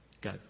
go